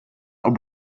not